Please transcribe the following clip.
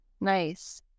Nice